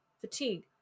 fatigue